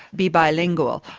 be bilingual.